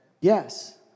Yes